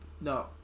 No